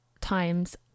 times